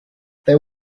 there